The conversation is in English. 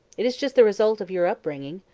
it is just the result of your upbringing.